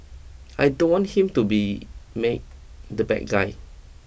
I don't want him to be made the bad guy